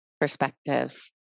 perspectives